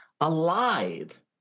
alive